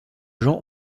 gens